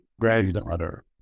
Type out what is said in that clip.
granddaughter